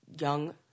young